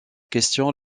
question